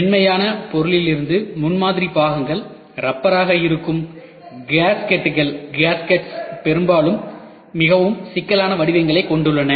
மென்மையான பொருட்களிலிருந்து முன்மாதிரி பாகங்கள் ரப்பராக இருக்கும் கேஸ்கட்கள் பெரும்பாலும் மிகவும் சிக்கலான வடிவங்களைக் கொண்டுள்ளன